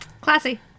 Classy